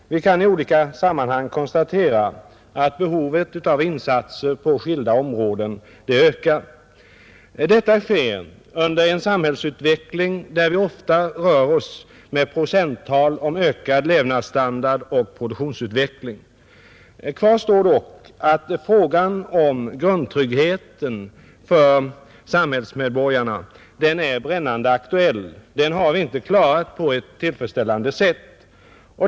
Vi kan i olika sammanhang konstatera att behovet av insatser på skilda områden ökar. Detta sker under en samhällsutveckling där vi ofta rör oss med procenttal för höjd levnadsstandard och ökad produktionsutveckling. Kvar står dock att frågan om grundtryggheten för samhällsmedborgarna är brännande aktuell. Den har vi inte klarat på ett tillfredsställande sätt.